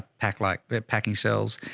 pack like packing cells.